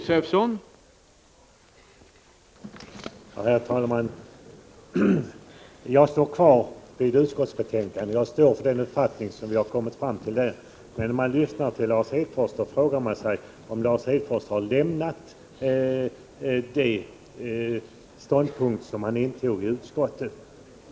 Herr talman! Jag står kvar vid den uppfattning som vi har fört fram i utskottets betänkande. Men när man lyssnar på Lars Hedfors frågar man sig om Lars Hedfors har lämnat den ståndpunkt som han intog i utskottet.